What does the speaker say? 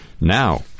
now